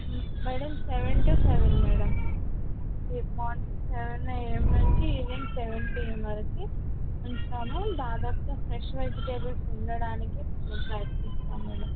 madam seven to seven madam morning seven AM నుంచి evening seven PM వరకు ఉంచుతాము దాదాపు ఫ్రెష్ వెజిటేబుల్స్ ఉండటానికి మేము ప్రయత్నిస్తాము మేడం